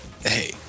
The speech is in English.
hey